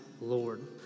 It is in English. Lord